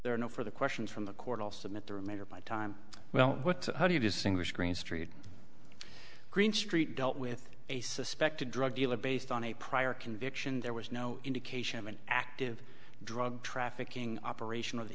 there are no further questions from the court all submit the remainder of my time well but how do you distinguish green street green street dealt with a suspected drug dealer based on a prior conviction there was no indication of an active drug trafficking operation of that